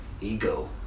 ego